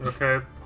Okay